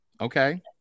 Okay